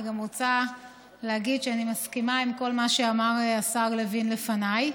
אני גם רוצה להגיד שאני מסכימה לכל מה שאמר השר לוין לפניי.